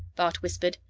bart whispered.